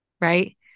right